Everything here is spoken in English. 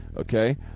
Okay